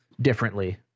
differently